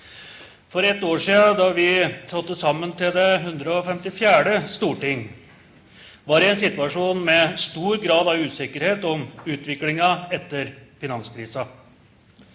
For ett år siden, da vi trådte sammen til det 154. storting, var det i en situasjon med stor grad av usikkerhet om utviklingen etter finanskrisen.